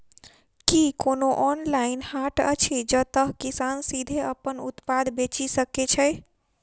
की कोनो ऑनलाइन हाट अछि जतह किसान सीधे अप्पन उत्पाद बेचि सके छै?